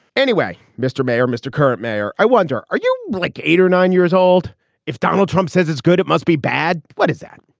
anyway. mr. mayor mr. current mayor i wonder are you like eight or nine years old if donald trump says it's good it must be bad. what is that.